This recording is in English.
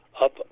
up